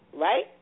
right